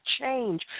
change